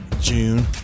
June